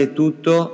tutto